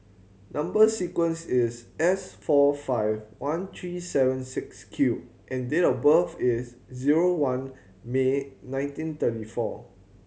number sequence is S four five one three seven six Q and date of birth is zero one May nineteen thirty four